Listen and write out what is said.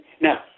Now